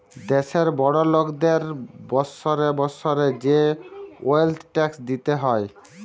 দ্যাশের বড় লকদের বসরে বসরে যে ওয়েলথ ট্যাক্স দিতে হ্যয়